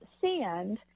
sand